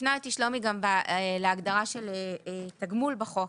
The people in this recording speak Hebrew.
והפנה אותי שלומי גם להגדרה של תגמול בחוק